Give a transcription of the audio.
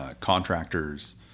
contractors